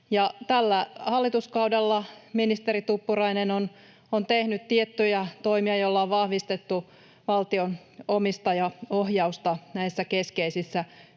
Tällä hallituskaudella ministeri Tuppurainen on tehnyt tiettyjä toimia, joilla on vahvistettu valtion omistajaohjausta näissä keskeisissä yhtiöissä,